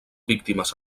víctimes